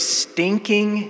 stinking